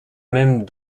même